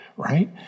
Right